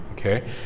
Okay